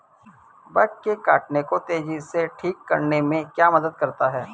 Bug के काटने को तेजी से ठीक करने में क्या मदद करता है?